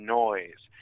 noise